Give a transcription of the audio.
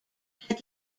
had